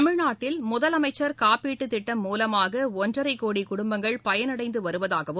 தமிழ்நாட்டில் முதலமைச்சர் காப்பீட்டுத் திட்டம் மூலமாக ஒன்றரை கோடி குடும்பங்கள் பயனடைந்து வருவதாகவும்